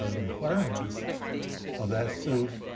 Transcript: requirements of that suit,